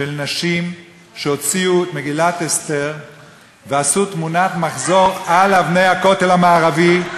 של נשים שהוציאו את מגילת אסתר ועשו תמונת מחזור על אבני הכותל המערבי.